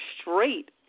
straight